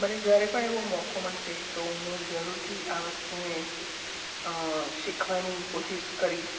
મને જ્યારે પણ એવો મોકો મળશે તો હું જરૂરથી આ વસ્તુને શીખવાની કોશિશ કરીશ